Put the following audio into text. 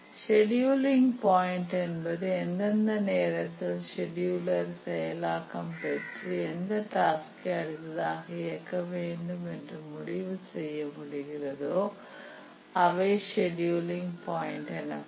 scheduling point என்பது எந்தெந்த நேரத்தில் செடியுலர் செயல் ஆக்கம் பெற்று எந்த டாஸ்கை அடுத்ததாக இயக்க வேண்டும் என்று முடிவு செய்ய முடிகிறதோ அவை செடியூலிங் பாய்ண்ட் எனப்படும்